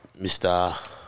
Mr